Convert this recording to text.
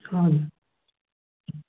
हजुर